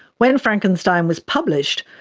when frankenstein was published,